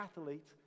athlete